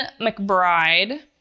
McBride